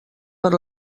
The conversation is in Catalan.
per